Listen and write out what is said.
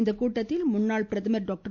இந்த கூட்டத்தில் முன்னாள் பிரதமர் டாக்டர்